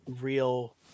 real